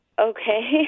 Okay